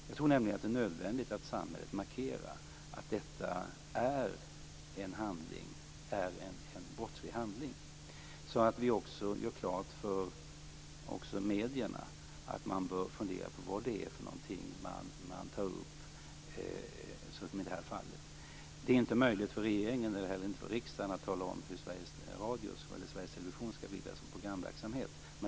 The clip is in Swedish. Jag tror nämligen att det är nödvändigt att samhället markerar att detta är en brottsling handling och att vi också gör klart för medierna att man bör fundera på vad det är för någonting man tar upp. Det är inte möjligt för regeringen eller inte heller för riksdagen att tala om hur Sveriges Radio eller Sveriges Television skall bedriva sin programverksamhet.